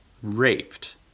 Raped